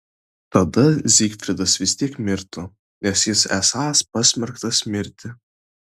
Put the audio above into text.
tada zygfridas vis tiek mirtų nes jis esąs pasmerktas mirti